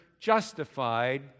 justified